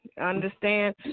understand